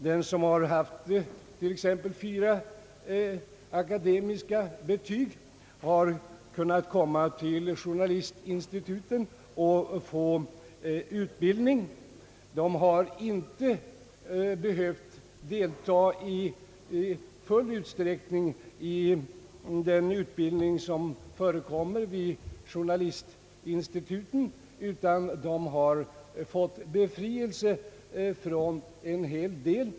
Den som har haft t.ex. fyra akademiska betyg har kunnat kom ma till journalistinstitut och få utbildning utan att behöva delta i full utsträckning i undervisningen vid institutet.